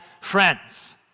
friends